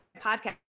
podcast